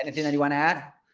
and you know you want to add?